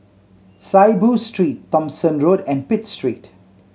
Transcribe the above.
Saiboo Street Thomson Road and Pitt Street